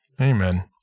Amen